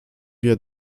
wir